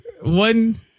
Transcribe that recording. One